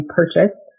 purchased